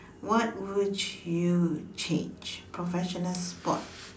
what would you change professional sport